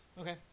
Okay